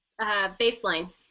Baseline